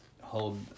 hold